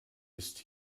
ist